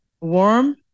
warm